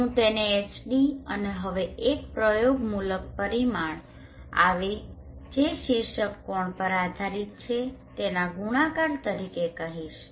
અને હું તેને Hd અને હવે એક પ્રયોગમૂલક પરિમાણ આવે જે શીર્ષક કોણ પર આધારિત છે તેના ગુણાકાર તરીકે કહીશ